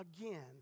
again